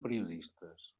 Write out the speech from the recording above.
periodistes